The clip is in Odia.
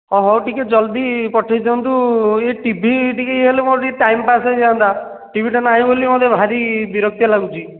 ହଁ ହଉ ଟିକିଏ ଜଲ୍ଦି ପଠାଇଦିଅନ୍ତୁ ଏଇ ଟି ଭି ଟିକିଏ ହେଲେ ମୋର ଟାଇମ୍ ପାସ୍ ହୋଇଯାନ୍ତା ଟିଭିଟା ନାହିଁ ବୋଲି ମୋତେ ଭାରି ବିରକ୍ତିଆ ଲାଗୁଛି